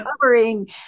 covering